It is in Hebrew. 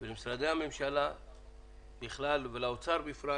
למשרדי הממשלה ככלל ולאוצר בפרט